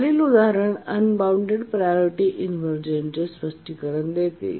खालील उदाहरण unbounded priority इनव्हर्जनचे स्पष्टीकरण देते